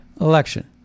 election